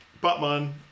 Batman